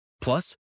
Plus